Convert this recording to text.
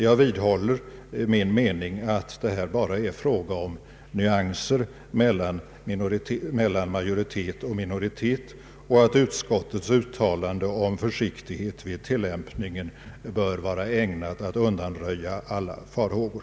Jag vidhåller min mening att det bara är fråga om nyanser mellan majoritet och minoritet och att utskottets uttalande om försiktighet vid tillämpningen bör vara ägnat att undanröja alla farhågor.